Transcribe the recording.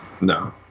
No